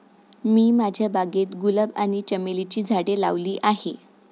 मी माझ्या बागेत गुलाब आणि चमेलीची झाडे लावली आहे